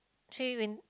three win~